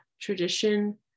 tradition